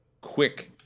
quick